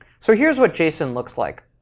so here's what json looks like.